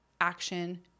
action